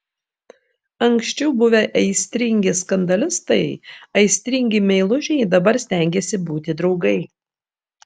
anksčiau buvę aistringi skandalistai aistringi meilužiai dabar stengėsi būti draugai